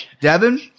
Devin